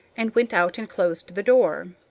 and went out and closed the door.